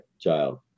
child